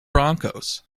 broncos